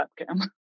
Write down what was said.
webcam